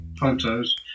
photos